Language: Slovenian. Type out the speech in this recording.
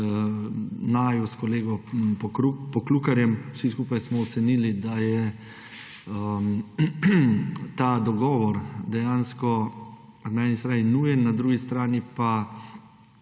naju s kolego Poklukarjem. Vsi skupaj smo ocenili, da je ta dogovor dejansko na eni strani nujen, na drugi strani pa